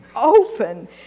open